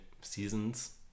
seasons